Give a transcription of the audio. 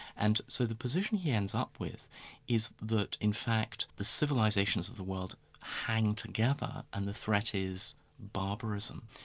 and so the position he ends up with is that in fact the civilisations of the world hang together and the threat is barbarism.